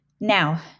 Now